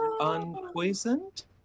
unpoisoned